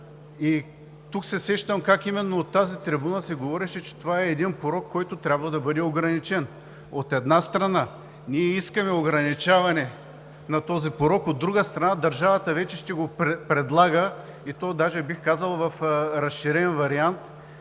И тук се сещам как именно от тази трибуна се говореше, че това е един порок, който трябва да бъде ограничен. От една страна, ние искаме ограничаване на този порок, от друга страна, държавата вече ще го предлага, и то даже, бих казал, в разширен вариант.